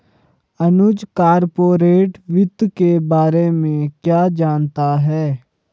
अनुज corporate वित्त के बारे में क्या जानता है?